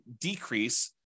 decrease